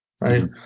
right